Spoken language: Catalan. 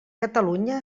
catalunya